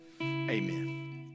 Amen